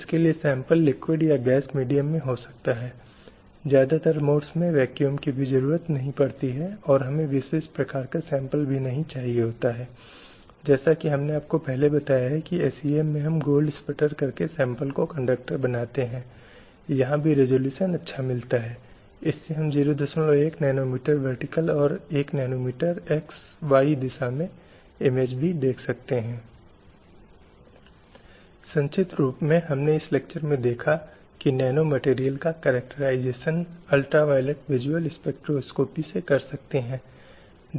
इसलिए जब हम शब्द भेदभाव की बात कर रहे हैं तो यह एक प्रकार के भेद के रूप में है जो बना है या एक प्रकार का बहिष्करण है जो बना है या एक प्रतिबंध है जो लिंगों के बीच बना है और जो अधिकारों के खंडन में है या अधिकारों के आनंद का क्षरण करता है वे अधिकार जो स्वाभाविक रूप से हैं और महिलाओं के लिए स्वाभाविक रूप से होने चाहिए या जो स्वाभाविक रूप से पुरुषों और महिलाओं के लिए उपलब्ध होने चाहिए और जो एक या दूसरे क्षेत्र में मानवाधिकारों और मौलिक स्वतंत्रता से हमारे इनकार का गठन करते हैं